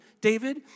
David